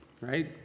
right